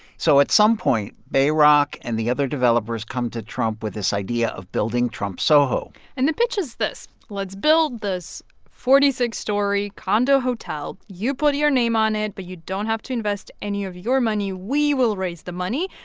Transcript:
so at some point, bayrock and the other developers come to trump with this idea of building trump soho and the pitch is this. let's build this forty six story condo hotel. you put your name on it, but you don't have to invest any of your money. we will raise the money.